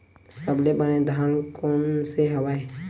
सबले बने धान कोन से हवय?